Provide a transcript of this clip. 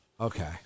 Okay